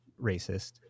racist